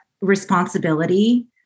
responsibility